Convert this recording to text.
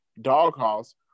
doghouse